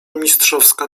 mistrzowska